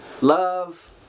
Love